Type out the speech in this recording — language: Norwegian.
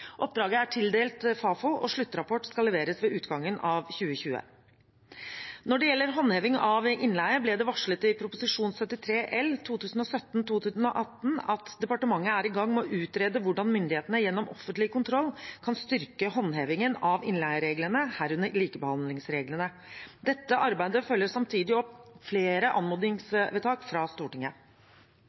Oppdraget er tildelt Fafo, og sluttrapport skal leveres ved utgangen av 2020. Når det gjelder håndheving av innleie, ble det varslet i Prop. 73 L for 2017–2018 at departementet er i gang med å utrede hvordan myndighetene gjennom offentlig kontroll kan styrke håndhevingen av innleiereglene, herunder likebehandlingsreglene. Dette arbeidet følger samtidig opp flere anmodningsvedtak fra Stortinget.